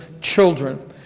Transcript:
children